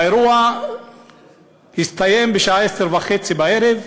האירוע הסתיים בשעה 22:30,